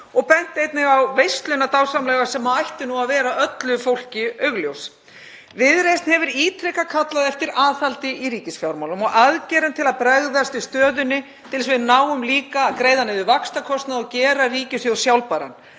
og benti einnig á veisluna dásamlegu sem ætti að vera öllu fólki augljós. Viðreisn hefur ítrekað kallað eftir aðhaldi í ríkisfjármálum og aðgerðum til að bregðast við stöðunni til að við náum líka að greiða niður vaxtakostnað og gera ríkissjóð sjálfbæran.